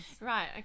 right